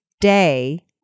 day